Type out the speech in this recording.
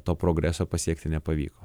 to progreso pasiekti nepavyko